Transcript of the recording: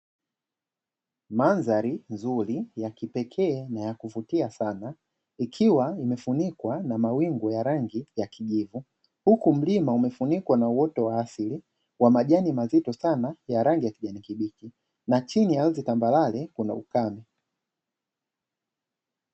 Mandhari nzuri ya kipekee na ya kuvutia sana, ikiwa imefunikwa na mawingu ya rangi ya kijivu. Huku mlima umefunikwa na uoto wa asili wa majani mazito sana wa rangi kijani kibichi na chini ardhi ya tambarare kuna ukame.